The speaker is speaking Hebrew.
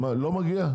לא מגיע?